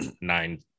nine